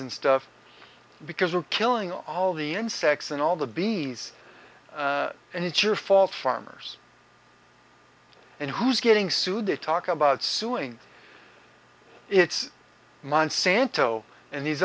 and stuff because we're killing all the insects and all the bees and it's your fault farmers and who's getting sued they talk about suing it's monsanto and the